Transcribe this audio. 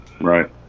Right